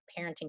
parenting